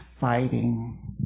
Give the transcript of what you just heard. fighting